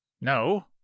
No